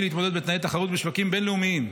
להתמודד בתנאי תחרות בשווקים בין-לאומיים.